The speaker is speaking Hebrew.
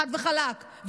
חד וחלק,